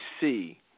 see